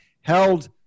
Held